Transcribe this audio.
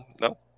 no